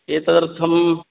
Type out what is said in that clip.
एतदर्थम्